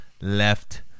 left